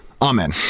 Amen